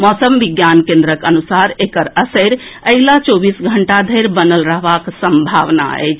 मौसम विज्ञान केन्द्रक अनुसार एकर असरि अगिला चौबीस घंटा धरि बनल रहबाक सम्भावना अछि